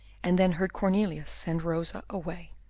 and then heard cornelius send rosa away.